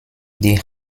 die